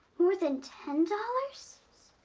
more than ten dollars?